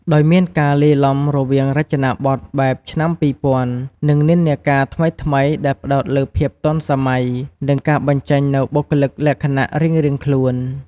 ដោយមានការលាយឡំរវាងរចនាបទបែបឆ្នាំ២០០០ និងនិន្នាការថ្មីៗដែលផ្ដោតលើ ភាពទាន់សម័យ និងការបញ្ចេញនូវបុគ្គលិកលក្ខណៈរៀងៗខ្លួន។